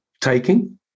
taking